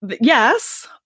Yes